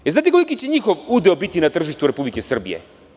Da li znate koliki će njihov udeo biti na tržištu Republike Srbije?